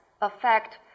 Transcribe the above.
affect